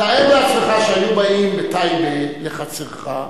תאר לעצמך שהיו באים בטייבה לחצרך,